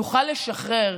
נוכל לשחרר.